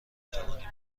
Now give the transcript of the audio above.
توانی